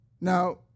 Now